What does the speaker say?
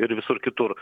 ir visur kitur